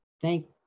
Thank